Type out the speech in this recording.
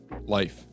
life